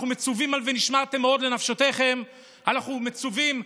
אנחנו מצווים על "ונשמרתם מאד לנפשתיכם"; אנחנו מצווים,